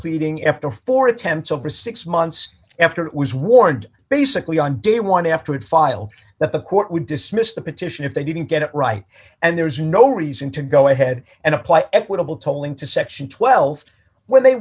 pleading after four attempts over six months after it was warned basically on day one afterward file that the court would dismiss the petition if they didn't get it right and there's no reason to go ahead and apply equitable tolling to section twelve where they